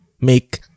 make